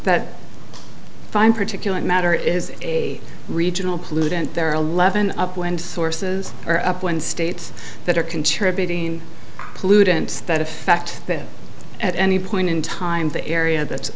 that fine particulate matter is a regional pollutant there are eleven up when sources are up when states that are contributing pollutants that affect that at any point in time the area that